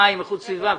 מים ואיכות סביבה,